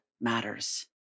matters